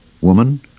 Woman